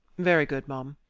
very good, m'm.